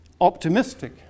optimistic